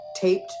taped